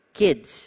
kids